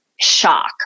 shock